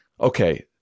okay